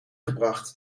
gebracht